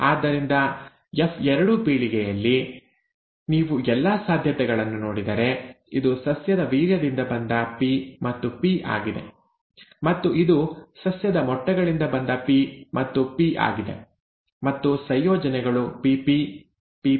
ಆದ್ದರಿಂದ ಎಫ್2 ಪೀಳಿಗೆಯಲ್ಲಿ ನೀವು ಎಲ್ಲಾ ಸಾಧ್ಯತೆಗಳನ್ನು ನೋಡಿದರೆ ಇದು ಸಸ್ಯದ ವೀರ್ಯದಿಂದ ಬಂದ ಪಿ ಮತ್ತು ಪಿ ಆಗಿದೆ ಮತ್ತು ಇದು ಸಸ್ಯದ ಮೊಟ್ಟೆಗಳಿಂದ ಬಂದ ಪಿ ಮತ್ತು ಪಿ ಆಗಿದೆ ಮತ್ತು ಸಂಯೋಜನೆಗಳು PP Pp pP ಮತ್ತು pp ಆಗಿವೆ